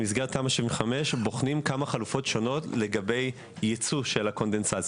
במסגרת תמ"א 75 בוחנים כמה חלופות שונות לגבי יצוא של הקונדנסט.